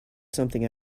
something